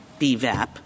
BVAP